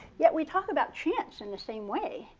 yeah we talk about chance in the same way,